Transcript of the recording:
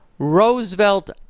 Roosevelt